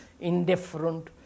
indifferent